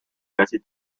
casi